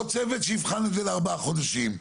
לא צוות שיבחן את זה לארבעה חודשים,